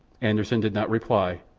anderssen did not reply,